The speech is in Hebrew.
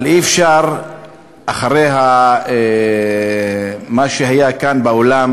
אבל אי-אפשר אחרי מה שהיה כאן באולם,